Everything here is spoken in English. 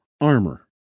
armor